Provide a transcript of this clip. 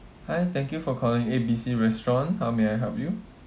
hi thank you for calling A B C restaurant how may I help you